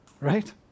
right